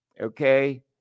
okay